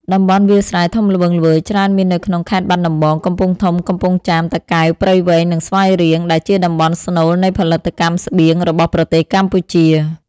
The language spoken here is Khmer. តំបន់វាលស្រែធំល្វឹងល្វើយច្រើនមាននៅក្នុងខេត្តបាត់ដំបង កំពង់ធំ កំពង់ចាម តាកែវ ព្រៃវែង និងស្វាយរៀង ដែលជាតំបន់ស្នូលនៃផលិតកម្មស្បៀងរបស់ប្រទេសកម្ពុជា។